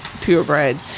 purebred